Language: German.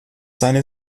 seine